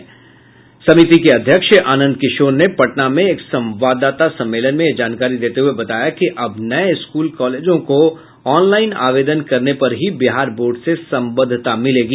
बिहार विद्यालय परीक्षा समिति के अध्यक्ष आनंद किशोर ने पटना में एक संवाददाता सम्मेलन में ये जानकारी देते हुये बताया कि अब नये स्कूल कॉलेजों को ऑनलाइन आवेदन करने पर ही बिहार बोर्ड से संबद्धता मिलेगी